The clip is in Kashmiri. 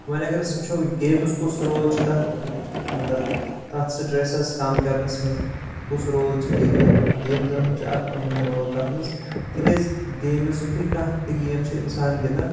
وۄنۍ اگر أسۍ وٕچھو گیمٕز کُس رول چھُ تَتھ مَطلب تَتھ سِٹریسَس کَم کَرنَس منٛز کُس رول چُھ گیمزَن ہُنٛد گیمزَن ہُنٛد چھُ اَکھ اہَم رول تَتھ منٛز تِکیاز گیمٕز یُتھُے کانٛہہ تہِ گیم چھُ اِنسان گِنٛدان